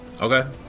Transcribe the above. Okay